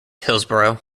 hillsboro